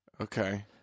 okay